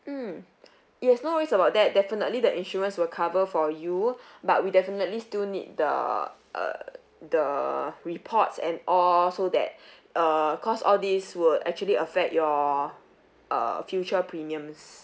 mm yes no worries about that definitely the insurance will cover for you but we definitely still need the uh the reports and all so that uh cause all these will actually affect your uh future premiums